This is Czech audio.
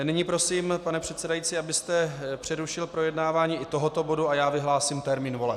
Nyní prosím, pane předsedající, abyste přerušil projednávání i tohoto bodu, a já vyhlásím termín voleb.